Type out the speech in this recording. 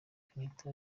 kenyatta